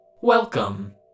welcome